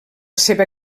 seva